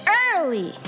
early